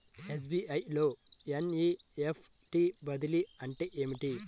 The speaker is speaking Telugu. ఎస్.బీ.ఐ లో ఎన్.ఈ.ఎఫ్.టీ బదిలీ అంటే ఏమిటి?